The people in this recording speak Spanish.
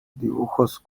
dibujos